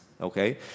Okay